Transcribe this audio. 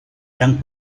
gran